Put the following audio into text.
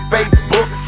Facebook